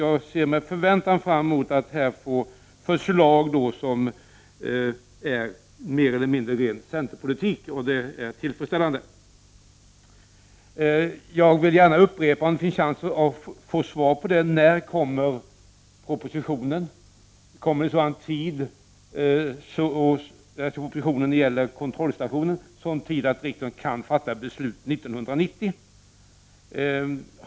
Jag ser med förväntan fram emot förslag som mer eller mindre överensstämmer med ren centerpolitik, vilket är tillfredsställande. Nu när det finns chans att få svar vill jag gärna upprepa min fråga om när propositionen kommer att framläggas. Kommer den i tid för att riksdagen skall kunna fatta beslut 1990?